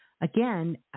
again